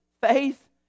faith